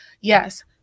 yes